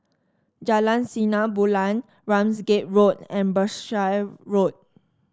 Jalan Sinar Bulan Ramsgate Road and Berkshire Road